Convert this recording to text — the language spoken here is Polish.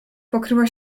pokryła